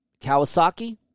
Kawasaki